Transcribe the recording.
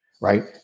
right